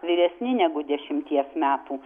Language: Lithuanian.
vyresni negu dešimties metų